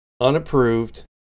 unapproved